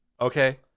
Okay